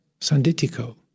sanditiko